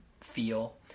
feel